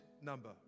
number